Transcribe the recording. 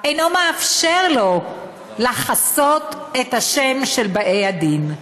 אינם מאפשרים לו לחסות את השם של באי הדין.